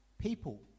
people